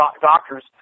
doctors